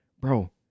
Bro